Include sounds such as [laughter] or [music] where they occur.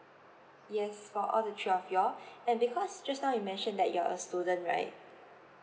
yes for all the three of you all [breath] and because just now you mentioned that you're a student right